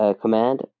command